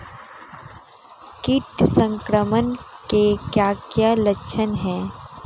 कीट संक्रमण के क्या क्या लक्षण हैं?